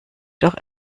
doch